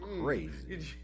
crazy